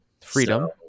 Freedom